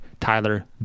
Tyler